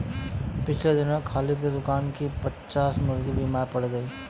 पिछले दिनों खालिद के दुकान की पच्चास मुर्गियां बीमार पड़ गईं